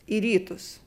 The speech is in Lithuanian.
į rytus